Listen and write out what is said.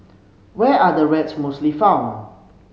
where are the rats mostly found